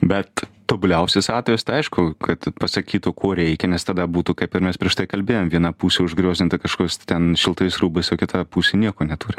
bet tobuliausias atvejis tai aišku kad pasakytų ko reikia nes tada būtų kaip ir mes prieš tai kalbėjom viena pusė užgriozdinta kažkokiais ten šiltais rūbais o kita pusė nieko neturi